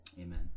amen